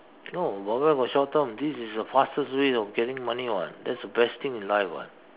no where got short term this the fastest way if getting money [what] that's the best thing in life [what]